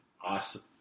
awesome